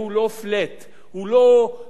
הוא לא חל על כולם,